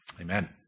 Amen